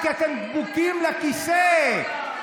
כי אתם דבוקים לכיסא.